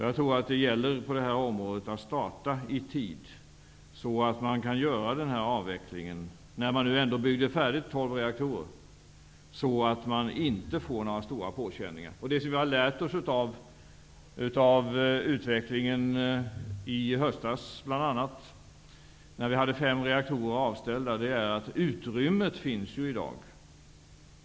Jag tror att det på det här området gäller att starta i tid, så att man kan göra den här avvecklingen -- när man nu ändå byggde färdigt 12 reaktorer -- utan att man får några stora påkänningar. Det som vi har lärt oss av utvecklingen, bl.a. i höstas när vi hade fem reaktorer avställda, är att utrymmet finns i dag.